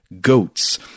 goats